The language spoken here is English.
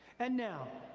and now,